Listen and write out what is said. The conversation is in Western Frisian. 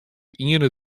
iene